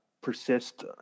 persist